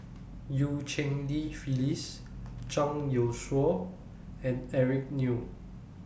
EU Cheng Li Phyllis Zhang Youshuo and Eric Neo